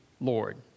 Lord